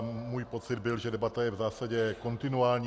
Můj pocit byl, že debata je v zásadě kontinuální.